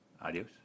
Adios